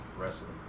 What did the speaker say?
Wrestling